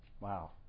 wow